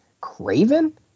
Craven